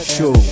Show